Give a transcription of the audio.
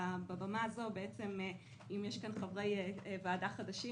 אם יש כאן חברי ועדה חדשים,